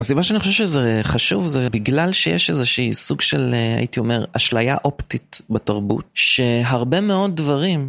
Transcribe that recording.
הסיבה שאני חושב שזה חשוב זה בגלל שיש איזה שהיא סוג של הייתי אומר אשליה אופטית בתרבות שהרבה מאוד דברים